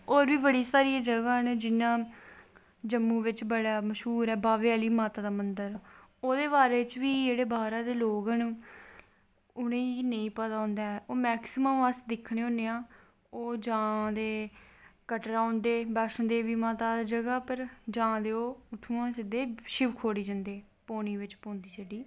होर बी बड़ियां सारियां जगाह् न जियां जम्मू बिच बड़ा मश्हूर ऐ बाह्वे आह्ली माता दा मन्दर ओह्दे बारे च बी जेह्ड़े बाह्रा दे लोग न उनेंगी नेईं पता होंदा ऐ अस मैकसिमम दिक्खने होने आं ओह् ते जां कटरा औंदे माता माता बैष्णो देवी दी जगाह् पर जां ते उत्थमां दा सिद्दे शिव खोड़ी जंदे पौनीं बिच्च पौंदी जेह्ड़ी